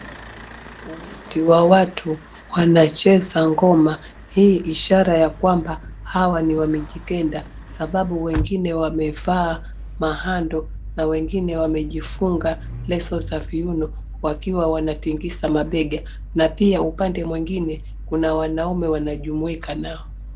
Umati wa watu wanacheza ngoma hii ishara kwamba hawa ni wa mijikenda sababu wengine wamevaa mahando na wengine wamejifunga leso za viuno wakiwa wanatingiza mabega na pia upande mwengine kuna wanaume wanajumuika nao.